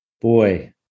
boy